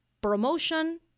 promotion